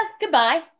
goodbye